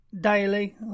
daily